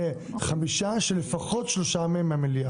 חמישה, שלפחות שלושה מהם מהמליאה.